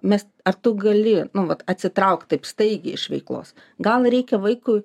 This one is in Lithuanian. mes ar tu gali nu vat atsitraukt taip staigiai iš veiklos gal reikia vaikui